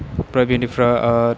ओमफ्राय बेनिफ्राय